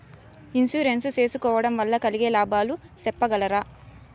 Insurance సేసుకోవడం వల్ల కలిగే లాభాలు సెప్పగలరా?